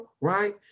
right